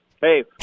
Hey